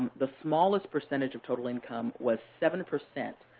the smallest percentage of total income was seven.